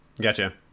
Gotcha